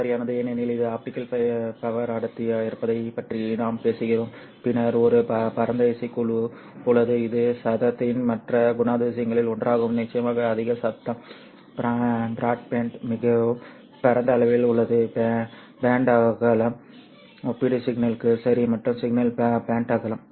சரியானது ஏனெனில் இது ஆப்டிகல் பவர் அடர்த்தி இருப்பதைப் பற்றி நாம் பேசுகிறோம் பின்னர் ஒரு பரந்த இசைக்குழு உள்ளது இது சத்தத்தின் மற்ற குணாதிசயங்களில் ஒன்றாகும் நிச்சயமாக அதிக சத்தம் பிராட்பேண்ட் மிகவும் பரந்த அளவில் உள்ளது பேண்ட் அகலம் ஒப்பிடு சிக்னலுக்கு சரி மற்றும் சிக்னல் பேண்ட் அகலம்